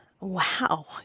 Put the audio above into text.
wow